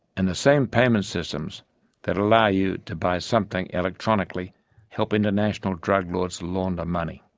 and the same payment systems that allow you to buy something electronically help international drug lords launder money.